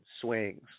swings